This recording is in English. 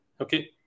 Okay